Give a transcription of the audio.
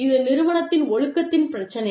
இது நிறுவனத்தின் ஒழுக்கத்தின் பிரச்சினை